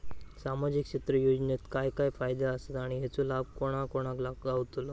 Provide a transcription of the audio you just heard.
सामजिक क्षेत्र योजनेत काय काय फायदे आसत आणि हेचो लाभ कोणा कोणाक गावतलो?